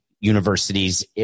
universities